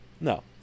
No